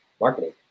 marketing